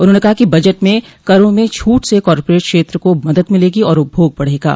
उन्होंने कहा कि बजट में करों में छूट से कॉरपोरेट क्षेत्र को मदद मिलेगी और उपभोग बढ़े गा